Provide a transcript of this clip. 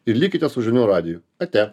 ir likite su žinių radiju ate